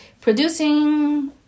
producing